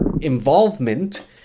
involvement